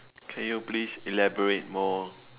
can you please elaborate more